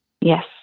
Yes